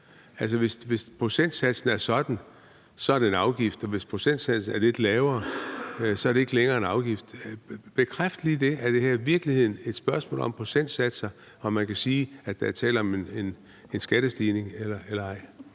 Altså, hvis procentsatsen er sådan, er det en afgift, og hvis procentsatsen er lidt lavere, så er det ikke længere en afgift. Bekræft lige det: Er det her i virkeligheden et spørgsmål om procentsatser, i forhold til om man kan sige, at der er tale om en skattestigning eller ej?